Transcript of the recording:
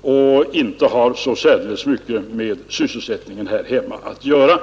och inte har så särdeles mycket med sysselsättningen här hemma att göra.